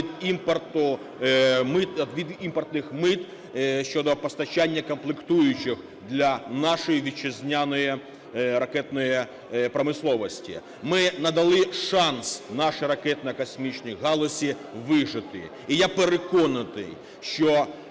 від імпортних мит щодо постачання комплектуючих для нашої вітчизняної ракетної промисловості. Ми надали шанс нашій ракетно-космічній галузі вижити. І я переконаний, що